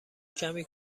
کمی